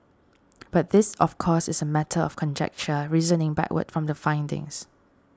but this of course is a matter of conjecture reasoning backward from the findings